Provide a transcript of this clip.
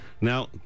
Now